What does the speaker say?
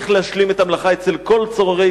צריכים להשלים את המלאכה אצל כל צוררי